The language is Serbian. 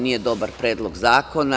Nije dobar predlog zakona.